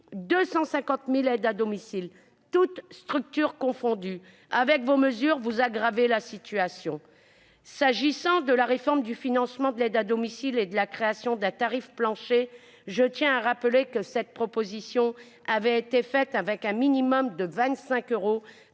250 000 aides à domicile, toutes structures confondues ; avec ces mesures, vous aggravez la situation. S'agissant de la réforme du financement de l'aide à domicile et de la création d'un tarif plancher, je tiens à rappeler que cette proposition avait été faite avec un minimum de 25 euros